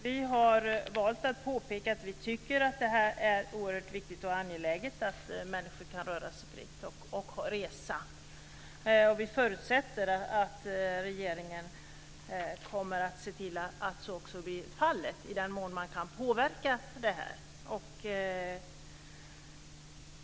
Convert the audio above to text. Vi har valt att påpeka att vi tycker att det är oerhört viktigt och angeläget att människor kan röra sig fritt och resa. Vi förutsätter att regeringen kommer att se till att så också blir fallet i den mån man kan påverka detta.